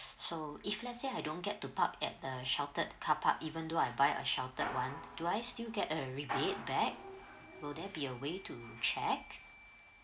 so if let's say I don't get to park at the sheltered car park even though I buy a sheltered one do I still get a rebate back would there be a way to check